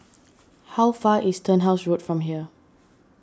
how far is Turnhouse Road from here